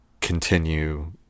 continue